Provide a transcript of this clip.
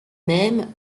même